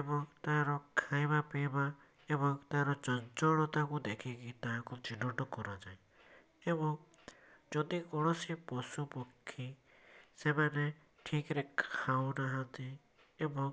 ଏବଂ ତାର ଖାଇବା ପିଇବା ଏବଂ ତାର ଚଞ୍ଚଳତାକୁ ଦେଖିକି ତାହାକୁ ଚିହ୍ନଟ କରାଯାଏ ଏବଂ ଯଦି କୌଣସି ପଶୁପକ୍ଷୀ ସେମାନେ ଠିକରେ ଖାଉନାହାନ୍ତି ଏବଂ